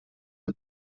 del